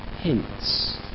hints